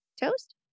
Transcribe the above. toast